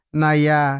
naya